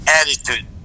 attitude